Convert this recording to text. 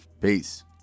Peace